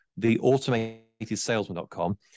theautomatedsalesman.com